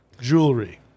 Jewelry